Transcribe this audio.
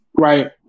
Right